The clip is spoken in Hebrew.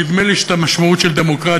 נדמה לי שאת המשמעות של דמוקרטית